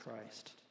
Christ